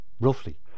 roughly